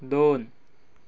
दोन